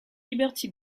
liberty